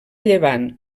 llevant